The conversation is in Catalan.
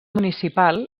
municipal